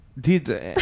Dude